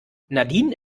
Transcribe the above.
nadine